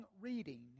reading